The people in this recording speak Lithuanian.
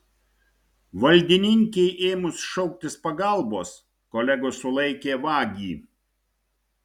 valdininkei ėmus šauktis pagalbos kolegos sulaikė vagį